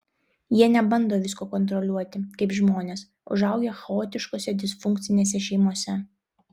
jie nebando visko kontroliuoti kaip žmonės užaugę chaotiškose disfunkcinėse šeimose